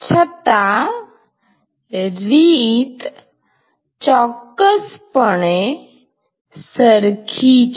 છતાં રીત ચોક્કસ પણે સરખી છે